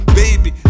baby